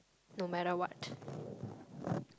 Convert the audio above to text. no matter what